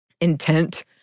Intent